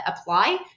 apply